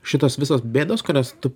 šitos visos bėdos kurias tu